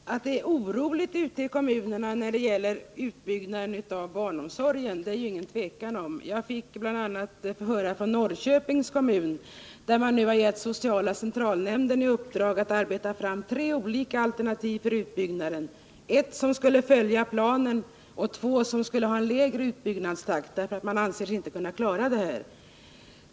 Fru talman! Att det är oroligt ute i kommunerna när det gäller utbyggnaden av barnomsorgen råder det inget tvivel om. Jag har bl.a. fått höra att Norrköpings kommun har givit sociala centralnämnden i uppdrag att arbeta fram tre olika alternativ för utbyggnad, ett som skulle följa planen och två som skulle ha en lägre utbyggnadstakt därför att man anser sig inte kunna följa planen.